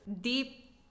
deep